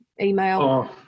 email